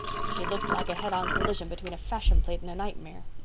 she looked like a head-on collision between a fashion plate and a nightmare.